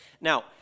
Now